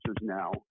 now